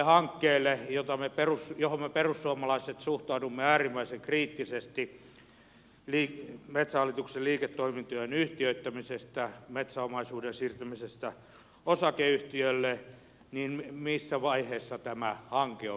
missä vaiheessa tämä hanke johon me perussuomalaiset suhtaudumme äärimmäisen kriittisesti metsähallituksen liiketoimintojen yhtiöittämisestä metsäomaisuuden siirtämisestä osakeyhtiölle niin missä vaiheessa tämä hanke on menossa